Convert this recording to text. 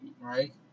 right